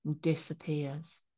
disappears